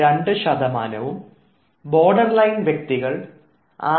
2 borderline വ്യക്തികൾ 6